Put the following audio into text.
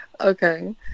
Okay